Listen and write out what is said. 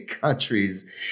countries